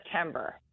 September